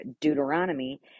Deuteronomy